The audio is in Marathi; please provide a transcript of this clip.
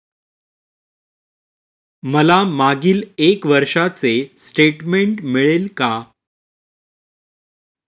मला मागील एक वर्षाचे स्टेटमेंट मिळेल का?